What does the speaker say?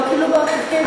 לא קיבלו תפקיד?